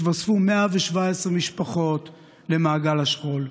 התווספו 117 משפחות למעגל השכול.